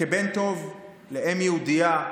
כבן טוב לאם יהודייה,